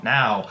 now